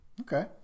Okay